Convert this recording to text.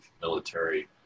military